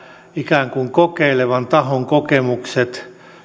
ikään kuin nollata tämän kokeilevan tahon kokemukset